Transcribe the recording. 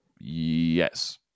yes